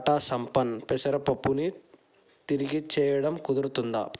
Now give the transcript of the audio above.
టాటా సంపన్న్ పెసరపప్పుని తిరిగిచ్చేయడం కుదురుతుందా